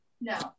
No